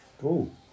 cool